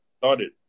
started